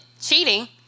cheating